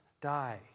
die